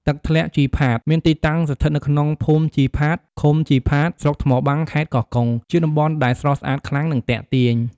ទឹកធ្លាក់ជីផាត មានទីតាំងស្ថិតនៅក្នុងភូមិជីផាត ឃុំជីផាត ស្រុកថ្មបាំង ខេត្តកោះកុង ជាតំបន់ដែលស្រស់ស្អាតខ្លាំង និងទាក់ទាញ។